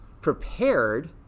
prepared